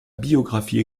biographie